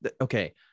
Okay